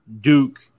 Duke